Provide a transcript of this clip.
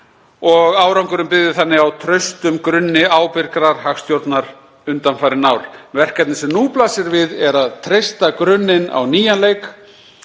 Árangurinn byggði þannig á traustum grunni ábyrgrar hagstjórnar undanfarin ár. Verkefnið sem nú blasir við er að treysta grunninn á nýjan leik